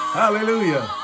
hallelujah